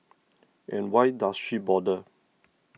and why does she bother